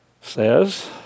says